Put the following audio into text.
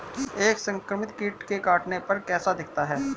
एक संक्रमित कीट के काटने पर कैसा दिखता है?